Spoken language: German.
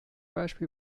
beispiel